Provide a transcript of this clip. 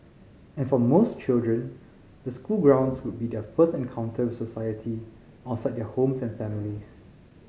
and for most children the school grounds would be their first encounter with society outside their homes and families